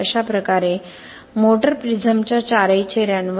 अशाच प्रकारे मोटर प्रिझमच्या चारही चेहऱ्यांवर